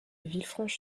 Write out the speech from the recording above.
villefranche